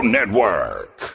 Network